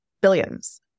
Billions